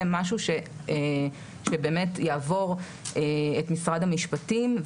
משהו שבאמת יעבור את משרד המשפטים.